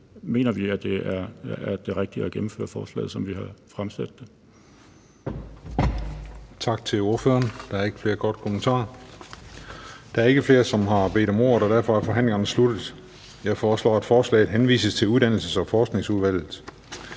mener vi, at det er det rigtige at gennemføre forslaget, som vi har fremsat det.